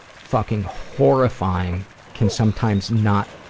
fucking horrifying can sometimes not